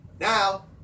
now